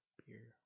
beer